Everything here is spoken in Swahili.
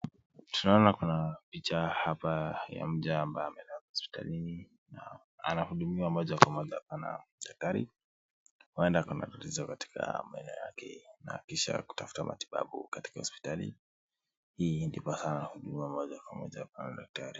Tunaona kuna picha hapa ya mja ambaye amelala hospitalini na anahudumiwa moja kwa moja na daktari, huenda ako na shida katika meno yake na kisha utafuta matibabu katika hospitali hii, ndiposa anahudumiwa moja kwa moja pale na daktari.